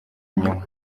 inyuma